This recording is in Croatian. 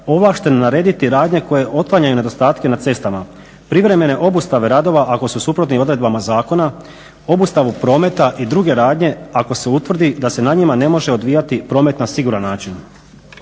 ovlašten narediti radnje koje otklanjaju nedostatke na cestama, privremene obustave radova ako su suprotni odredbama zakona, obustavu prometa i druge radnje ako se utvrdi da se na njima ne može odvijati promet na siguran način.